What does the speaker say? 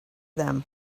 them